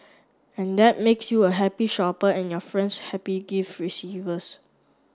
and that makes you a happy shopper and your friends happy gift receivers